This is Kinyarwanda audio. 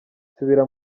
nsubira